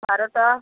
বারোটা